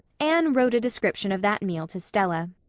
anne wrote a description of that meal to stella.